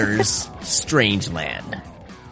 Strangeland